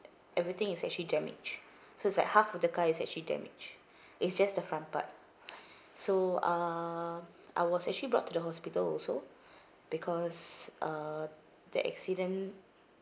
everything is actually damaged so it's like half of the car is actually damaged it's just the front part so ah I was actually brought to the hospital also because uh the accident